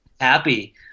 happy